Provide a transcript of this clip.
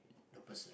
the person